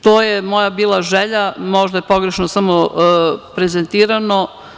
To je moja bila želja, možda je pogrešno samo prezentirana.